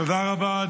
תודה רבה.